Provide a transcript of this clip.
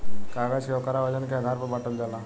कागज के ओकरा वजन के आधार पर बाटल जाला